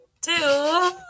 two